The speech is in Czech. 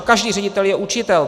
Každý ředitel je učitel.